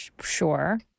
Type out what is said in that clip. sure